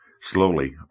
Slowly